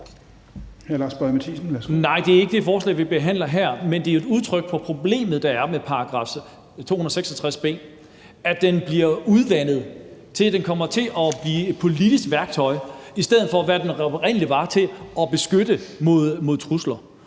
Nej, det er ikke det forslag, vi behandler her, men det er jo et udtryk for det problem, der er med § 266 b: at den bliver udvandet til at blive et politisk værktøj, i stedet for hvad den oprindelig var til, nemlig at beskytte mod trusler.